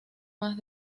más